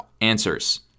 answers